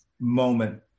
moment